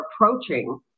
approaching